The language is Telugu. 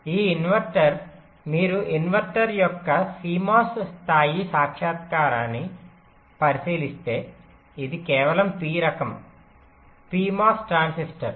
ఈ ఇన్వర్టర్ మీరు ఇన్వర్టర్ యొక్క CMOS స్థాయి సాక్షాత్కారాన్ని పరిశీలిస్తే ఇది కేవలం P రకం PMOS ట్రాన్సిస్టర్